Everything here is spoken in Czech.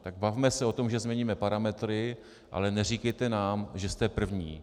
Tak bavme se o tom, že změníme parametry, ale neříkejte nám, že jste první.